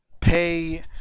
pay